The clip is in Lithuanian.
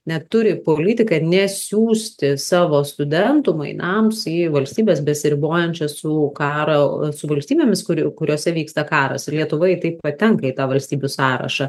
net turi politiką nesiųsti savo studentų mainams į valstybes besiribojančias su karo su valstybėmis kurių kuriose vyksta karas ir lietuva į tai patenka į tą valstybių sąrašą